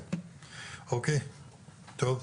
אוקיי, טוב.